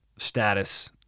status